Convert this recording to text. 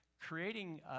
creating